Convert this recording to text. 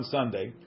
Sunday